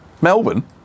Melbourne